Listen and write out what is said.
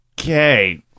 okay